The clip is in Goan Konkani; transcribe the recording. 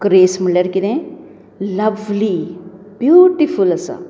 ग्रेस म्हणल्यार कितें लवली ब्युटिफूल आसा